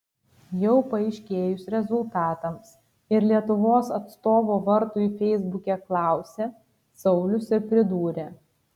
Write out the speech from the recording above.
jau paaiškėjus rezultatams ir lietuvos atstovo vardui feisbuke klausė saulius ir pridūrė